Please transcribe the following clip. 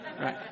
Right